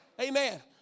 Amen